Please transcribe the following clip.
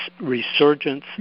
resurgence